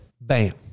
bam